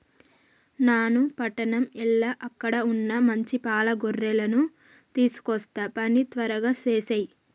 నాను పట్టణం ఎల్ల అక్కడ వున్న మంచి పాల గొర్రెలను తీసుకొస్తా పని త్వరగా సేసేయి